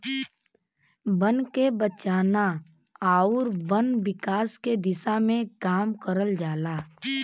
बन के बचाना आउर वन विकास के दिशा में काम करल जाला